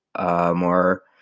more